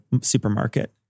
supermarket